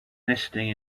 nesting